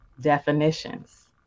definitions